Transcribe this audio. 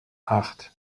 acht